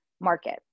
market